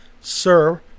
Sir